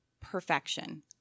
perfection